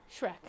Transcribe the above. Shrek